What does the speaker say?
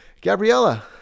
gabriella